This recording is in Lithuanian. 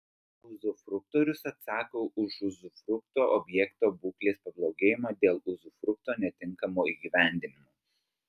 uzufruktorius atsako už uzufrukto objekto būklės pablogėjimą dėl uzufrukto netinkamo įgyvendinimo